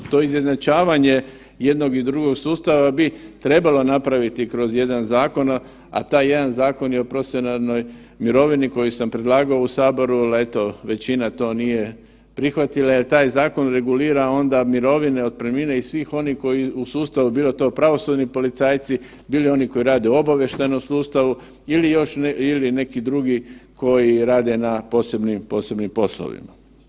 To izjednačavanje jednog i drugog sustava bi trebalo napraviti kroz jedan zakon, a taj jedan zakon je o profesionalnoj mirovini koji sam predlagao u saboru, ali eto većina to nije prihvatila jer taj zakon regulira onda mirovine i otpremnine i svih onih u sustavu bilo to pravosudni policajci, bili oni koji rade u obavještajnom sustavu ili još neki drugi koji rade na posebnim poslovima.